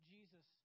Jesus